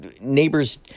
neighbors